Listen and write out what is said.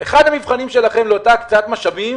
אחד המבחנים שלכם לאותה הקצאת משאבים